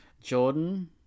Jordan